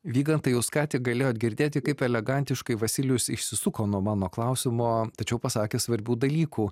vygantai jūs ką tik galėjot girdėti kaip elegantiškai vasilijus išsisuko nuo mano klausimo tačiau pasakė svarbių dalykų